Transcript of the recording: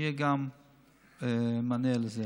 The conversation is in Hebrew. יהיה מענה גם לזה.